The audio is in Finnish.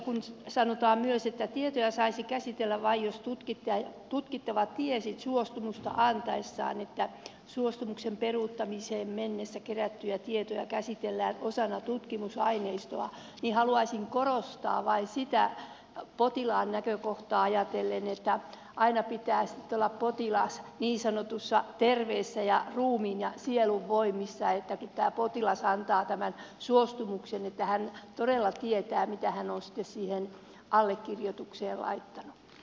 kun sanotaan myös että tietoja saisi käsitellä vain jos tutkittava tiesi suostumusta antaessaan että suostumuksen peruuttamiseen mennessä kerättyjä tietoja käsitellään osana tutkimusaineistoa niin haluaisin korostaa vain sitä potilaan näkökohtaa ajatellen että aina pitää sitten olla potilaan niin sanotusti terveenä ja ruumiin ja sielun voimissa kun tämä potilas antaa tämän suostumuksen että hän todella tietää mitä hän on sitten siihen allekirjoitukseen laittanut